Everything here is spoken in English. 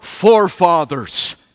forefathers